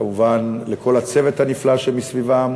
כמובן לכל הצוות הנפלא שמסביבן,